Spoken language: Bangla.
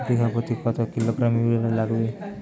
বিঘাপ্রতি কত কিলোগ্রাম ইউরিয়া লাগবে?